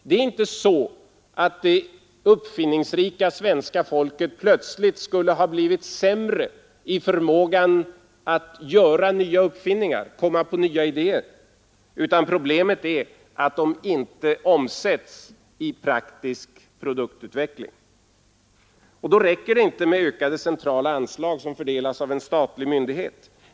Det är inte så att det uppfinningsrika svenska folket plötsligt skulle ha fått en sämre förmåga att göra nya uppfinningar och komma på nya idéer, utan problemet är att dessa uppfinningar och idéer inte omsätts i praktisk produktutveckling. Då räcker det inte med ökade centrala anslag som fördelas av någon statlig myndighet.